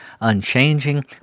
unchanging